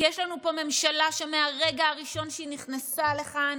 כי יש לנו פה ממשלה שמהרגע הראשון שהיא נכנסה לכאן